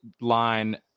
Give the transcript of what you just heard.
line